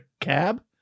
cab